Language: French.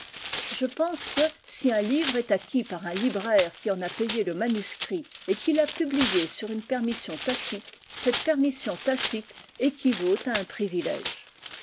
je pense que si un livre est acquis par un libraire qui en a payé le manuscrit et qui l'a publié sur une permission tacite cette permission tacite équivaut à un privilège